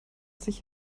sich